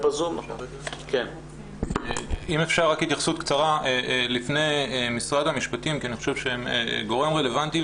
אם אפשר התייחסת קצרה לפני משרד המשפטים כי אני חושב שהם גורם רלוונטי.